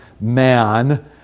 man